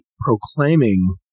proclaiming